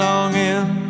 Longing